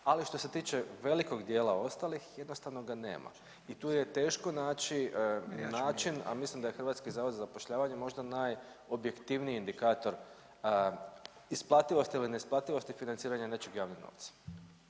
Ali što se tiče velikog dijela ostalih jednostavno ga nema i tu je teško naći način, a mislim da je Hrvatski zavod za zapošljavanje možda najobjektivniji indikator isplativosti ili neisplativosti financiranja nečeg javnim novcem.